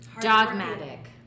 Dogmatic